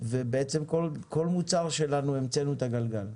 ובעצם בכל מוצר שלנו, המצאנו את הגלגל.